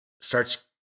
starts